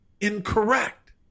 incorrect